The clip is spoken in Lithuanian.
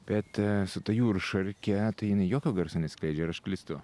bet su ta jūršarke tai jinai jokio garso neskleidžia ar aš klystu